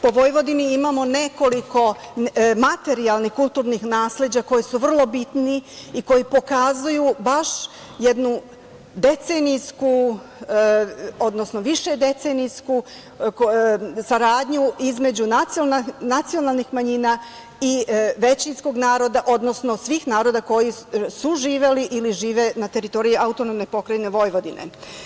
Po Vojvodini imamo nekoliko materijalnih kulturnih nasleđa koji su vrlo bitni i koji pokazuju baš jednu decenijsku, odnosno višedecenijsku saradnju između nacionalnih manjina i većinskog naroda, odnosno svih naroda koji su živeli ili žive na teritoriji AP Vojvodine.